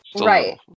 Right